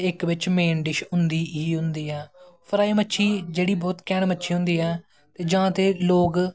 ते इक बिच्च मेन डिश एही होंदी ऐ फिर जेह्ड़ी मच्छी बौह्त कैंड़ मच्छी होंदी ऐ ते जां ते लोग